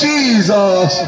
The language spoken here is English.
Jesus